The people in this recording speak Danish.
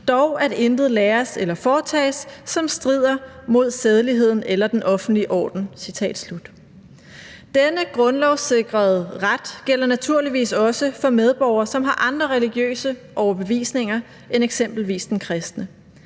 dog at intet læres eller foretages, som strider mod sædeligheden eller den offentlige orden.« Denne grundlovssikrede ret gælder naturligvis også for medborgere, der har andre religiøse overbevisninger end eksempelvis den kristne.